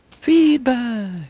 feedback